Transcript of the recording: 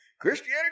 Christianity